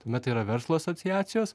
tuomet yra verslo asociacijos